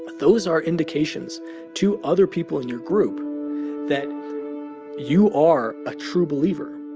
but those are indications to other people in your group that you are a true believer.